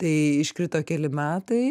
tai iškrito keli metai